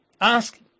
Ask